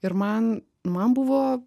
ir man man buvo